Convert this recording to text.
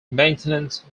maintenance